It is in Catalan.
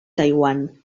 taiwan